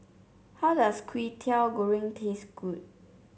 how does Kwetiau Goreng taste good